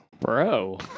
Bro